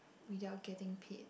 without getting paid